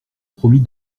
promit